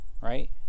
right